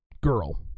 girl